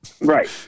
Right